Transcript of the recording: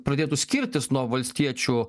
pradėtų skirtis nuo valstiečių